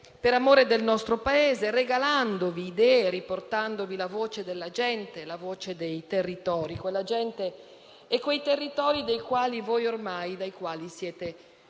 per amore del nostro Paese, regalandovi idee e riportandovi la voce della gente e dei territori: quella gente e quei territori dai quali voi ormai siete